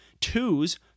Twos